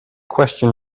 question